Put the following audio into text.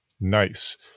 Nice